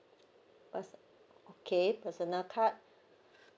what's okay personal card